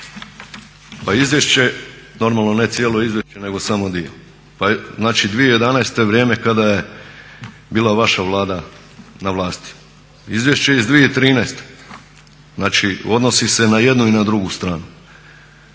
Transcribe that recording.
a izvješće, normalno ne cijelo izvješće nego samo dio. Pa znači 2011. vrijeme kada je bila vaša Vlada na vlasti. Izvješće iz 2013. znači odnosi se i na jednu i na drugu stranu.